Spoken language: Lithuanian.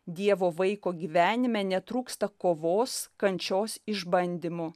dievo vaiko gyvenime netrūksta kovos kančios išbandymo